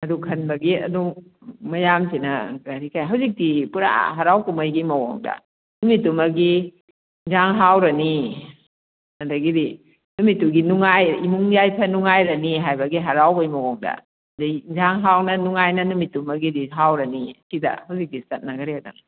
ꯑꯗꯨ ꯈꯟꯕꯒꯤ ꯑꯗꯨ ꯃꯌꯥꯝꯁꯤꯅ ꯍꯧꯖꯤꯛꯇꯤ ꯄꯨꯔꯥ ꯍꯔꯥꯎ ꯀꯨꯝꯍꯩꯒꯤ ꯃꯋꯣꯡꯗ ꯅꯨꯃꯤꯠꯇꯨꯃꯒꯤ ꯌꯦꯟꯁꯥꯡ ꯍꯥꯎꯔꯅꯤ ꯑꯗꯒꯤꯗꯤ ꯅꯨꯃꯤꯠꯇꯨꯒꯤ ꯅꯨꯡꯉꯥꯏ ꯏꯃꯨꯡ ꯌꯥꯏꯐ ꯅꯨꯉꯥꯏꯔꯅꯤ ꯍꯥꯏꯕꯒꯤ ꯍꯔꯥꯎꯕꯒꯤ ꯃꯑꯣꯡꯗ ꯑꯗꯩ ꯌꯦꯟꯁꯥꯡ ꯍꯥꯎꯅ ꯅꯨꯡꯉꯥꯏꯅ ꯅꯨꯃꯤꯠꯇꯨꯃꯒꯤꯗꯤ ꯍꯥꯎꯔꯅꯤ ꯁꯤꯗ ꯍꯧꯖꯤꯛꯇꯤ ꯆꯇꯅꯈ꯭ꯔꯦꯗꯅ